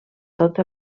tot